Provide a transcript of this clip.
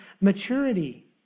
maturity